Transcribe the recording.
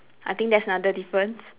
I think that's another difference